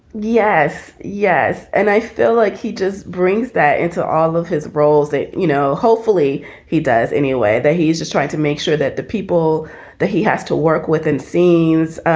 yes. yes. and i feel like he just brings that into all of his roles that, you know, hopefully he does anyway, that he's just trying to make sure that the people that he has to work with in scenes,